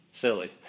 silly